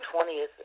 20th